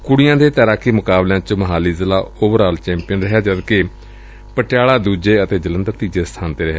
ਕੁੜੀਆਂ ਦੇ ਤੈਰਾਕੀ ਮੁਕਾਬਲਿਆਂ ਚ ਮੋਹਾਲੀ ਜ਼ਿਲ੍ਹਾ ਓਵਰ ਆਲ ਚੈਂਪੀਅਨ ਰਿਹਾ ਜਦ ਕਿ ਪਟਿਆਲਾ ਦੂਜੇ ਅਤੇ ਜਲੰਧਰ ਤੀਜੇ ਸਬਾਨ ਤੇ ਰਿਹਾ